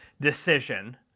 decision